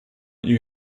you